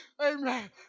Amen